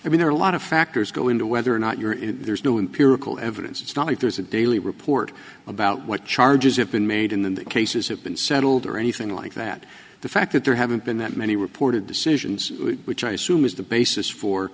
i mean there are a lot of factors go into whether or not you're there's no empirical evidence it's not if there's a daily report about what charges have been made in that cases have been settled or anything like that the fact that there haven't been that many reported decisions which i assume is the basis for